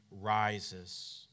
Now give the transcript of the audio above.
rises